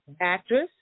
actress